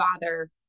bother